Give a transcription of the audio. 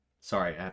Sorry